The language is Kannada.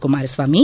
ಕುಮಾರಸ್ವಾಮಿ